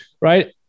right